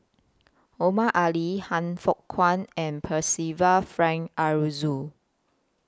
Omar Ali Han Fook Kwang and Percival Frank Aroozoo